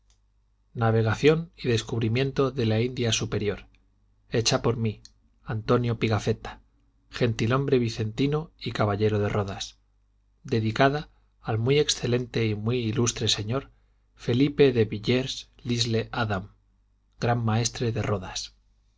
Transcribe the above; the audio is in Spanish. navegación y descubrimiento de la india superior hecha por mí antonio pigafetta gentilhombre vicentino y caballero de rodas dedicada al muy excelente y muy ilustre señor felipe de villers lisle adam gran maestre de rodas